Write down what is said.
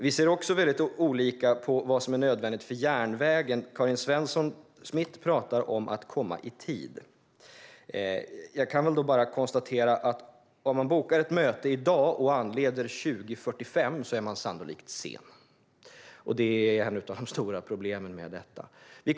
Vi ser också väldigt olika på vad som är nödvändigt för järnvägen. Karin Svensson Smith pratar om att komma i tid. Ja, om man bokar ett möte i dag och anländer år 2045 är man sannolikt sen. Det är ett av de stora problemen med detta.